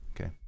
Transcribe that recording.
Okay